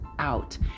out